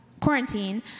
quarantine